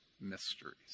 mysteries